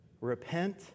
repent